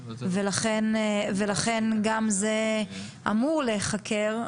לכן גם זה אמור להיחקר.